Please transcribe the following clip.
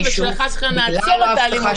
המדינה ואז רק הם יזוכו בבית המשפט.